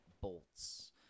bolts